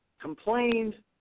complained